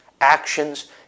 actions